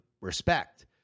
respect